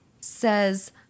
says